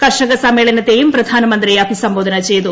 കർഷകസമ്മേളനത്തെയും പ്രധാനമന്ത്രി അഭിസംബോധന ചെയ്തു